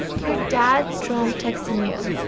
your dad drunk texting you.